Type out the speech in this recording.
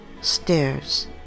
Stairs